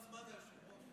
כמה זמן, אדוני היושב-ראש?